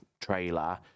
trailer